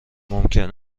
ممکن